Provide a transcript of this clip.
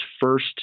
first